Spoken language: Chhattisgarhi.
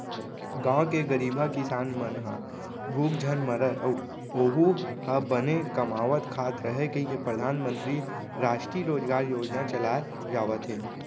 गाँव के गरीबहा किसान मन ह भूख झन मरय अउ ओहूँ ह बने कमावत खात रहय कहिके परधानमंतरी रास्टीय रोजगार योजना चलाए जावत हे